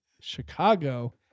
Chicago